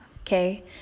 okay